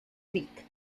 creek